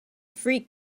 free